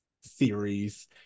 series